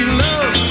love